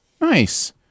nice